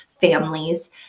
families